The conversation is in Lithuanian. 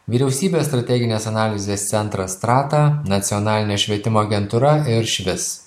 vyriausybės strateginės analizės centras strata nacionalinė švietimo agentūra ir švis